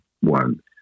one